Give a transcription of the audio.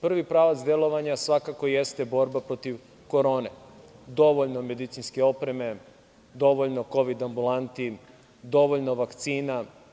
Prvi pravac delovanja svakako jeste borba protiv korone, dovoljno medicinske opreme, dovoljno kovid ambulanti, dovoljno vakcina.